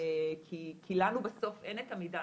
כי לנו בסוף אין את המידע.